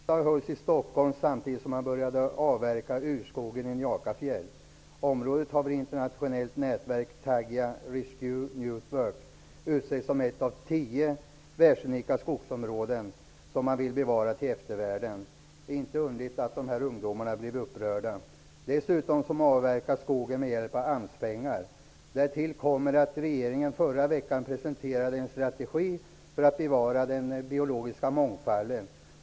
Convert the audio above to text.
Fru talman! Jag vill rikta min fråga till miljöministern. Ungdomens miljöriksdag hölls i Stockholm, samtidigt som man började att avverka urskogen i Njakafjäll. Området har av ett internationellt nätverk utsetts som ett av tio världsunika skogsområden som man vill bevara till eftervärlden. Det är inte underligt att de här ungdomarna blir upprörda. Dessutom avverkas skogen med hjälp av AMS-pengar. Därtill kommer att regeringen förra veckan presenterade en strategi för att bevara den biologiska mångfalden.